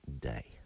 Day